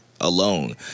alone